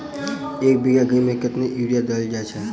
एक बीघा गेंहूँ मे कतेक यूरिया देल जाय छै?